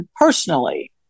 personally